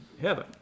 heaven